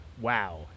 wow